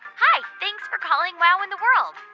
hi. thanks for calling wow in the world.